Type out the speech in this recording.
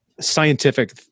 scientific